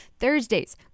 Thursdays